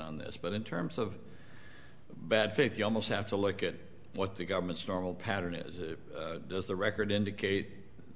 on this but in terms of bad faith you almost have to look at what the government's normal pattern is does the record indicate